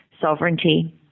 sovereignty